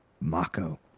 Mako